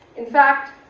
in fact,